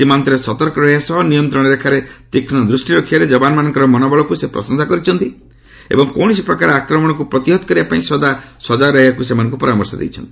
ସୀମାନ୍ତରେ ସତର୍କ ରହିବା ସହ ନିୟନ୍ତ୍ରଣ ରେଖାରେ ତୀକ୍ଷ୍ମ ଦୂଷ୍ଟି ରଖିବାରେ ଯବାନମାନଙ୍କର ମନବଳକୁ ସେ ପ୍ରଶଂସା କରିଛନ୍ତି ଏବଂ କୌଣସି ପ୍ରକାରର ଆକ୍ରମଣକୁ ପ୍ରତିହତ କରିବା ପାଇଁ ସଦା ସଜାଗ ରହିବାକୁ ସେମାନଙ୍କୁ ପରାମର୍ଶ ଦେଇଛନ୍ତି